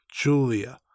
julia